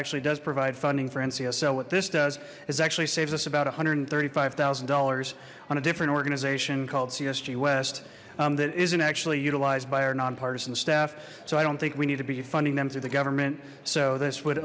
actually does provide funding for ncs so what this does is actually saves us about a hundred and thirty five thousand dollars on a different organization called csg west that isn't actually utilized by our nonpartisan staff so i don't think we need to be funding them through the government so this would